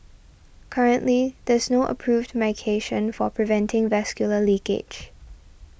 currently there is no approved to medication for preventing vascular leakage